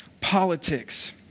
politics